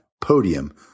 podium